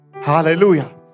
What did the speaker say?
hallelujah